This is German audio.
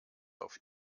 auf